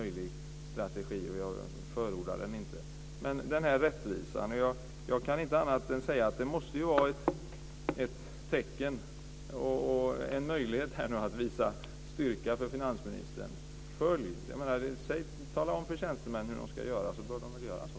Jag tror inte att det är en möjlig strategi. Jag förordar den inte. Det måste finnas en möjlighet för finansministern att visa styrka här. Tala om för tjänstemännen hur de ska göra, så bör de göra så.